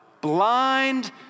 Blind